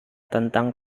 tentang